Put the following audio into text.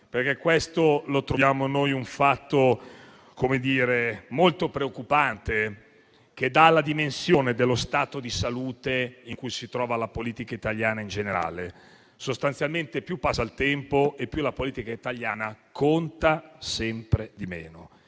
perché questo lo troviamo un fatto molto preoccupante che dà la dimensione dello stato di salute in cui si trova la politica italiana in generale. Sostanzialmente, più passa il tempo e più la politica italiana conta sempre meno: